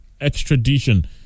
extradition